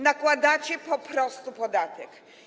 Nakładacie po prostu podatek.